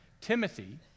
Timothy